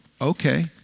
Okay